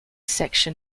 section